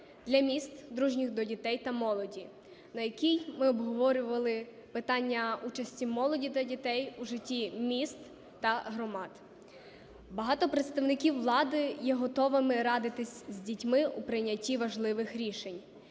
для міст, дружніх до дітей та молоді, на якій ми обговорювали питання участі молоді та дітей у життя міст та громад. Багато представників влади є готовими радитись з дітьми у прийнятті важливих рішень.